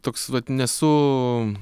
toks vat nesu